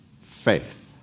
faith